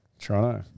Toronto